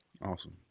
Awesome